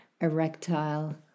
erectile